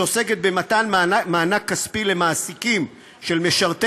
שעוסקת במתן מענק כספי למעסיקים של משרתי